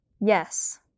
Yes